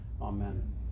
Amen